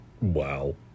Wow